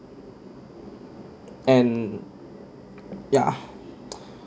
and yeah